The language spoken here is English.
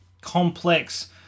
complex